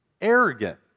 Arrogant